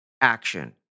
action